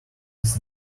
his